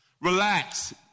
Relax